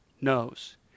knows